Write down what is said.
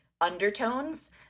undertones